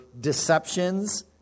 deceptions